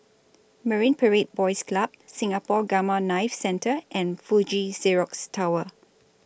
Marine Parade Boys Club Singapore Gamma Knife Centre and Fuji Xerox Tower